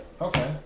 Okay